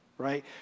Right